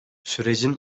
sürecin